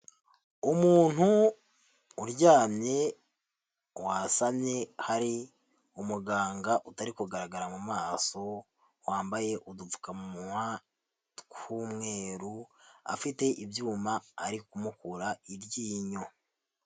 Umuntu uryamye wasamye, hari umuganga utari kugaragara mu maso wambaye udupfukamunwa tw'umweru, afite ibyuma, ari kumukura iryinyo.